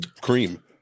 cream